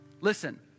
listen